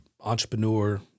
entrepreneur